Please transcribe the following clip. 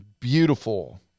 beautiful